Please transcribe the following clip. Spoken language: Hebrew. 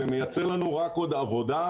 זה מייצר לנו רק עוד עבודה,